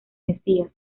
mesías